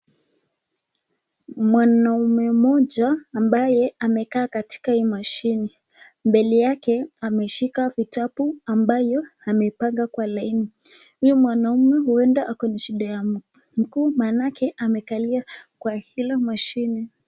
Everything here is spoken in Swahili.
Mwanaume mmoja ambaye amekaa katika hii mashine. Mbele yake ameshika vitabu ambayo amepanga kwa laini huyu mwanaume huenda ako na shida ya mguu maanake amekalia kwa hilo mashine.